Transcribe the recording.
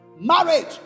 marriage